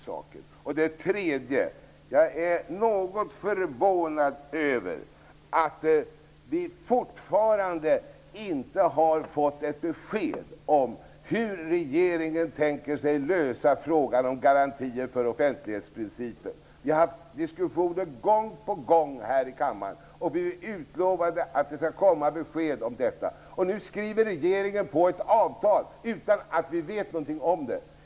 Jag är något förvånad över att vi fortfarande inte har fått ett besked om hur regeringen tänker sig lösa frågan om garantier för offentlighetsprincipen. Vi har haft diskussioner gång på gång här i kammaren och blivit utlovade besked. Nu skriver regeringen på ett avtal utan att vi vet någonting om detta!